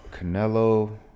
Canelo